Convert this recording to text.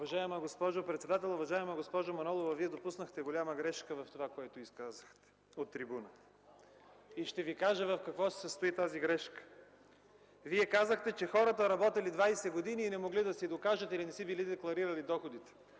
Уважаема госпожо председател! Уважаема госпожо Манолова, Вие допуснахте голяма грешка в това, което изказахте от трибуната. Ще Ви кажа в какво се състои тази грешка. Вие казахте, че хората, работили 20 години и не могли да си докажат или не си били декларирали доходите.